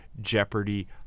Jeopardy